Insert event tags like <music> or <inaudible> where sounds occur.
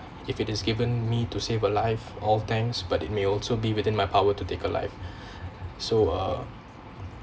if it is given me to save a life all thanks but it may also be within my power to take a life <breath> so uh